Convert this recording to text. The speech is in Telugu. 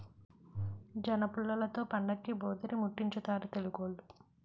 జనపుల్లలతో పండక్కి భోధీరిముట్టించుతారు తెలుగోళ్లు